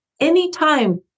Anytime